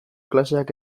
klaseak